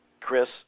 Chris